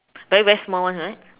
very very small one right